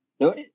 No